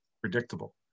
predictable